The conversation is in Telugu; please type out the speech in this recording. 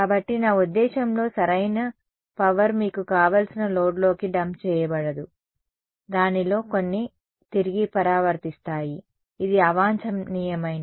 కాబట్టి నా ఉద్దేశ్యంలో సరైన పవర్ మీకు కావలసిన లోడ్లోకి డంప్ చేయబడదు దానిలో కొన్ని తిరిగి పరావర్తిస్తాయి ఇది అవాంఛనీయమైనది